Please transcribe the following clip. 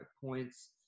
points